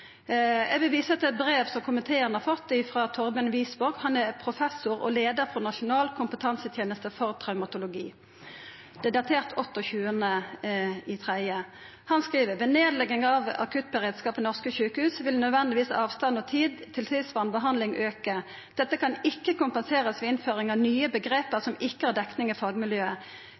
Eg vil visa til eit brev som komiteen har fått frå Torben Wisborg. Han er professor og leiar av Nasjonal kompetansetjeneste for traumatologi. Det er datert 28. mars. Han skriv: «Ved nedlegging av akuttberedskapen ved norske sykehus, vil nødvendigvis avstand og tid til livsbevarende behandling øke . Dette kan ikke kompenseres ved innføring av nye begreper som ikke har dekning i fagmiljøet.»